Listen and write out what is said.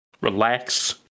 Relax